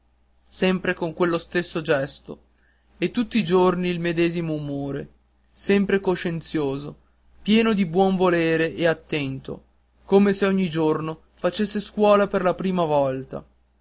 sempre con quello stesso gesto e tutti i giorni il medesimo umore sempre coscienzioso pieno di buon volere e attento come se ogni giorno facesse scuola per la prima volta